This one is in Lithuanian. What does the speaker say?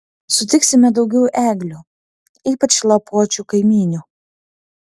sutiksime daugiau eglių ypač lapuočių kaimynių